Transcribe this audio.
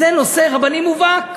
זה נושא רבני מובהק.